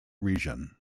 region